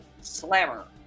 Slammer